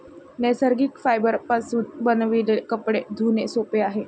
नैसर्गिक फायबरपासून बनविलेले कपडे धुणे सोपे आहे